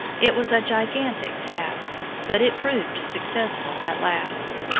it was a gigantic task, but it proved successful at last.